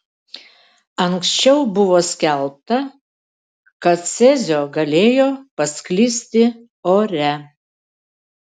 anksčiau buvo skelbta kad cezio galėjo pasklisti ore